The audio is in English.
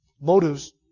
motives